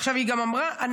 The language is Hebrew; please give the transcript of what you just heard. עכשיו, היא גם אמרה "אנחנו".